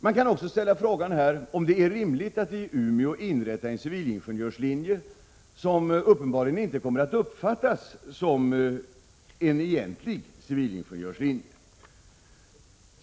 Man kan också ställa frågan om det är rimligt att i Umeå inrätta en civilingenjörslinje som uppenbarligen inte kommer att uppfattas som en egentlig civilingenjörslinje.